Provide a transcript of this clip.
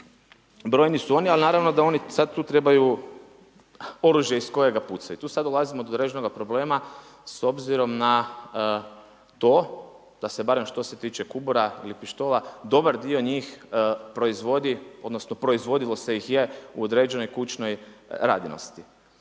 brojni su oni ali naravno da oni sad tu trebaju oružje iz kojega pucaju. Tu sad dolazimo do određenoga problema s obzirom na to da se barem što se tiče kubura ili pištola, dobar dio nijh proizvodi, odnosno proizvodilo se ih je u određenoj kućnoj radinosti.